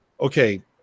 okay